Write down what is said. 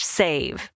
save